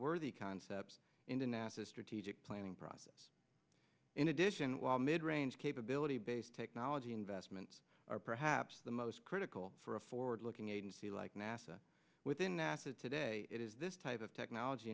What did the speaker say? worthy concepts into nasa strategic planning process in addition while mid range capability based technology investments are perhaps the most critical for a forward looking agency like nasa within nasa today it is this type of technology